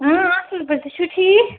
اَصٕل پٲٹھۍ تُہۍ چھُو ٹھیٖک